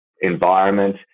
environment